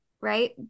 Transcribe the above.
right